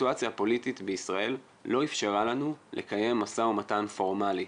הסיטואציה הפוליטית בישראל לא אפשרה לנו לקיים משא ומתן פורמאלי.